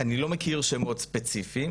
אני לא מכיר שמות ספציפיים,